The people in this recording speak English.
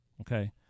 Okay